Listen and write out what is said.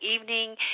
evening